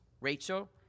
Rachel